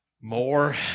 more